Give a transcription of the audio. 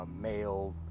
male